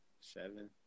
Seven